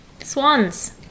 Swans